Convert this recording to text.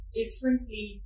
differently